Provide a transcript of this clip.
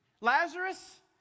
Lazarus